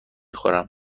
خورم